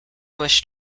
wish